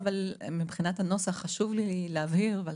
מבחינת הנוסח חשוב לי להבהיר שזה